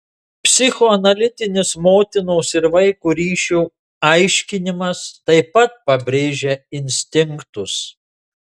psichoanalitinis motinos ir vaiko ryšio aiškinimas taip pat pabrėžia instinktus